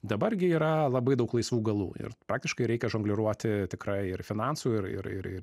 dabar gi yra labai daug laisvų galų ir praktiškai reikia žongliruoti tikrai ir finansų ir ir ir ir